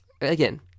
Again